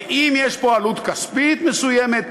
ואם יש פה עלות כספית מסוימת,